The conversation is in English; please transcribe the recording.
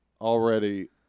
already